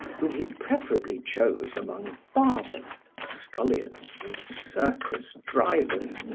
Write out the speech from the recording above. whom he preferably chose among barbers, scullions and circus drivers.